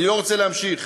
אני לא רוצה להמשיך.